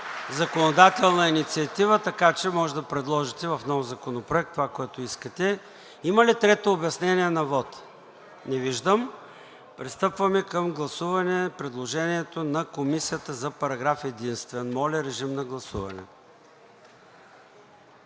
законодателна инициатива, така че може да предложите в нов законопроект това, което искате. Има ли трето обяснение на вота? Не виждам. Пристъпваме към гласуване предложението на Комисията за параграф единствен. Гласували